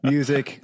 Music